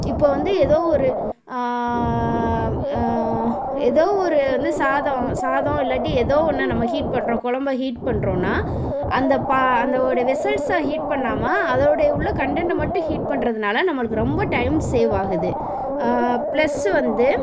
இப்போ வந்து எதோ ஒரு எதோ ஒரு வந்து சாதம் சாதம் இல்லாட்டி எதோ ஒன்றை நம்ம ஹீட் பண்ணுறோம் கொழம்ப ஹீட் பண்ணுறோன்னா அந்த பா அந்தவோடய வெசல்ஸை ஹீட் பண்ணாமல் அதோயட உள்ள கண்டென்ட்டை மட்டும் ஹீட் பண்ணுறதுனால நம்மளுக்கு ரொம்ப டைம் சேவ் ஆகுது ப்ளஸ்ஸு வந்து